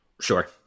Sure